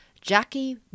Jackie